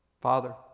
Father